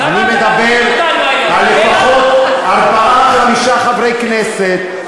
אני מדבר על לפחות ארבעה-חמישה חברי כנסת,